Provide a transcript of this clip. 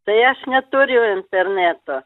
tai aš neturiu interneto